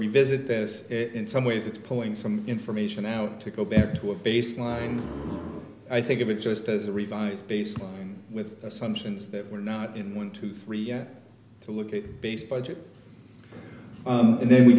revisit this in some ways it's pulling some information out to go back to a baseline i think of it just as a revised baseline with assumptions that we're not in one to three year to look at based budget and then we